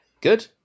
Good